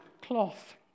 cloth